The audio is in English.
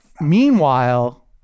meanwhile